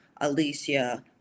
alicia